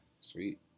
sweet